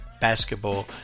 basketball